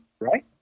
right